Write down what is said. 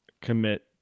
commit